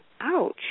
Ouch